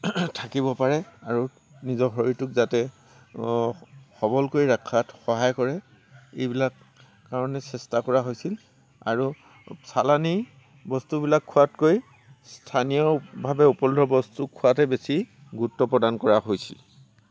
থাকিব পাৰে আৰু নিজৰ শৰীৰটোক যাতে সবল কৰি ৰখাত সহায় কৰে এইবিলাক কাৰণে চেষ্টা কৰা হৈছিল আৰু চালানি বস্তুবিলাক খোৱাতকৈ স্থানীয়ভাৱে উপলব্ধ বস্তু খোৱাতহে বেছি গুৰুত্ব প্ৰদান কৰা হৈছিল